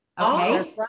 Okay